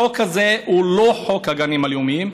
החוק הזה הוא לא חוק גנים לאומיים,